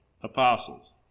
apostles